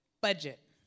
budget